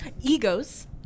egos